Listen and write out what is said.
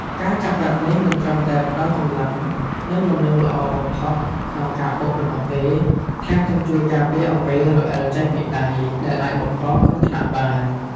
ការចាប់បែបនេះមិនត្រឹមតែផ្តល់កម្លាំង និងលំនឹងល្អបំផុតក្នុងការបុកប៉ុណ្ណោះទេ ថែមទាំងជួយការពារអង្រែរអិលចេញពីដៃ ដែលអាចបង្កគ្រោះថ្នាក់បាន។